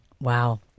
Wow